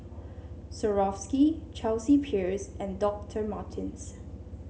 Swarovski Chelsea Peers and Doctor Martens